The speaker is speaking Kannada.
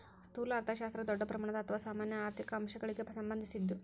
ಸ್ಥೂಲ ಅರ್ಥಶಾಸ್ತ್ರ ದೊಡ್ಡ ಪ್ರಮಾಣದ ಅಥವಾ ಸಾಮಾನ್ಯ ಆರ್ಥಿಕ ಅಂಶಗಳಿಗ ಸಂಬಂಧಿಸಿದ್ದು